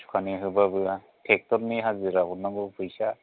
सुखानि होबाबो टेक्टरनि हाजिरा हरनांगौ फैसा